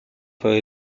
fue